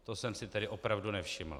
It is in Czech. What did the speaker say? To jsem si tedy opravdu nevšiml.